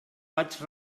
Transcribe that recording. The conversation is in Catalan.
vaig